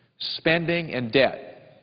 spending, and debt.